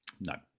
No